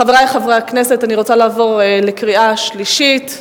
חברי חברי הכנסת, אני רוצה לעבור לקריאה שלישית.